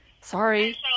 Sorry